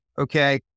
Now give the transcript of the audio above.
Okay